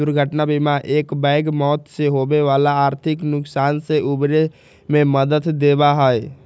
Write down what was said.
दुर्घटना बीमा एकबैग मौत से होवे वाला आर्थिक नुकसान से उबरे में मदद देवा हई